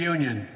Union